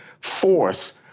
force